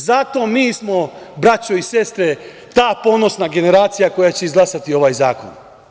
Zato smo mi, braćo i sestre, ta ponosna generacija koja će izglasati ovaj zakon.